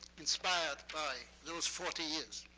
inspired by those forty years.